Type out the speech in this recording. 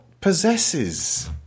possesses